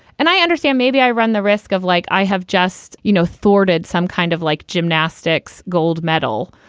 and i understand maybe i run the risk of like i have just, you know, thwarted some kind of like gymnastics gold medal.